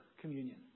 communion